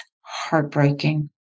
heartbreaking